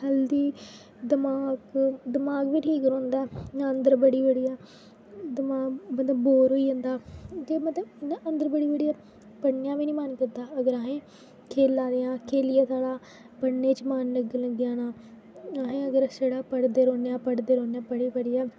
healthy दमाक दमाक बी ठीक रौहंदा अंदर बड़ी बड़ियै दमाक बंदा बोर होई जंदा मतलब अंदर बड़ी बड़ियै पढ़ने दा बी निं मन करदा खेल्लां दे आं खेल्लियै साढ़ा पढ़ने च मन लग्गन लग्गी जाना अहें अगर पढ़दे रौह्न्ने आं पढ़दे रौह्न्ने आं पढ़ी पढ़ियै